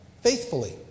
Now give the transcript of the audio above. faithfully